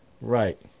Right